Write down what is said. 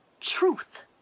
truth